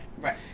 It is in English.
Right